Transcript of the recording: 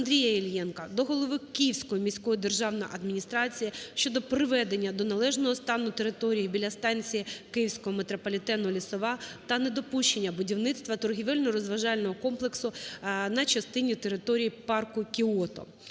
Андрія Іллєнка до голови Київської міської державної адміністрації щодо приведення до належного стану території біля станції Київського метрополітену "Лісова" та недопущення будівництва торгівельно-розважального комплексу на частині території парку "Кіото".